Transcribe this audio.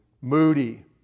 Moody